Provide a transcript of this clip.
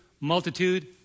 multitude